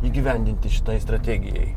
įgyvendinti šitai strategijai